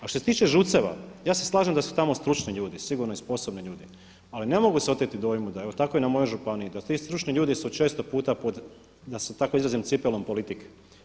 A što se tiče ŽUC-eva ja se slažem da su tamo stručni ljudi sigurno i sposobni ljudi, ali ne mogu se oteti dojmu da je, evo tako je i na mojoj županiji da ti stručni ljudi su često puta da se tako izrazim cipelom politike.